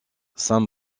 saint